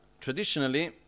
Traditionally